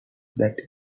that